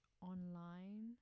Online